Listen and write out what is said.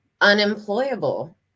unemployable